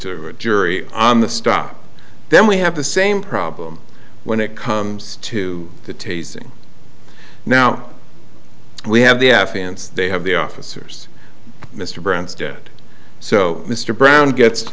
to a jury on the stop then we have the same problem when it comes to the tasing now we have the afghans they have the officers mr branstad so mr brown gets